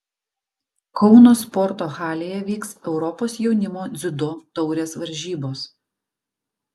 kauno sporto halėje vyks europos jaunimo dziudo taurės varžybos